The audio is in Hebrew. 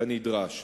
כנדרש.